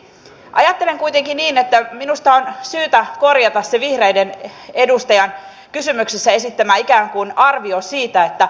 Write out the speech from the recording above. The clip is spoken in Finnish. ajattelen kuitenkin niin että minusta on syytä korjata se vihreiden edustajan kysymyksessä esittämä ikään kuin arvio siitä että poistuisivat vammaispalvelut